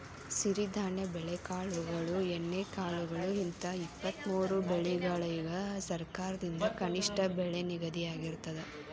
ಸಿರಿಧಾನ್ಯ ಬೆಳೆಕಾಳುಗಳು ಎಣ್ಣೆಕಾಳುಗಳು ಹಿಂತ ಇಪ್ಪತ್ತಮೂರು ಬೆಳಿಗಳಿಗ ಸರಕಾರದಿಂದ ಕನಿಷ್ಠ ಬೆಲೆ ನಿಗದಿಯಾಗಿರ್ತದ